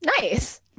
Nice